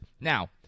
Now